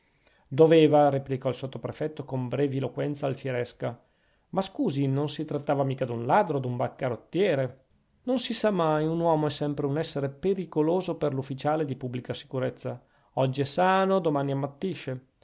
doveva replicò il sottoprefetto con breviloquenza alfieresca ma scusi non si trattava mica d'un ladro d'un bancarottiere non si sa mai un uomo è sempre un essere pericoloso per l'ufficiale di pubblica sicurezza oggi è sano domani